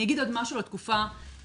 אני אגיד עוד משהו על התקופה האחרונה,